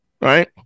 right